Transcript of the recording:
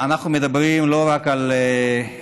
אנחנו מדברים לא רק על רטוריקה,